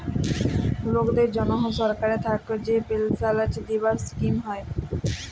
লকদের জনহ সরকার থাক্যে যে পেলসাল দিবার স্কিম হ্যয়